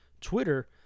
twitter